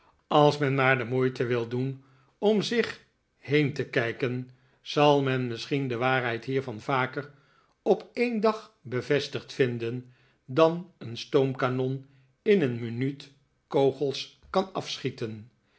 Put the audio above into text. als men maar de moeite wil doen om zich heen te kijken zal men misschien de waarheid hiervan vaker op een dag bevestigd vinden dan een stoomkanon in een minuut kogels kan afschieten